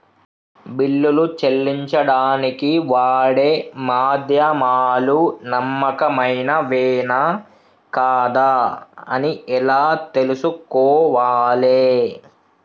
బిల్లులు చెల్లించడానికి వాడే మాధ్యమాలు నమ్మకమైనవేనా కాదా అని ఎలా తెలుసుకోవాలే?